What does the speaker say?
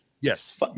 Yes